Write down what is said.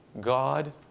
God